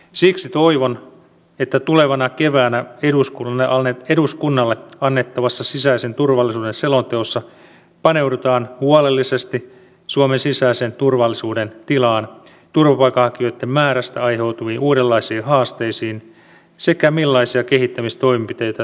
siksi toivon että tulevana keväänä eduskunnalle annettavassa sisäisen turvallisuuden selonteossa paneudutaan huolellisesti suomen sisäisen turvallisuuden tilaan turvapaikanhakijoiden määrästä aiheutuviin uudenlaisiin haasteisiin sekä siihen millaisia kehittämistoimenpiteitä tilanne vaatii